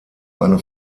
eine